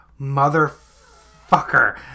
motherfucker